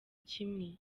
kimwe